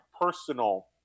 personal